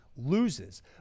loses